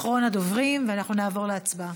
אחרון הדוברים, ואנחנו נעבור להצבעה.